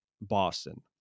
Boston